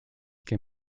can